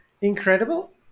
Incredible